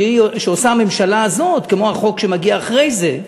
מה שעושה הממשלה הזאת כמו החוק שמגיע אחרי זה,